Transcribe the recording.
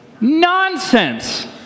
nonsense